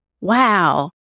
Wow